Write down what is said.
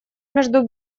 между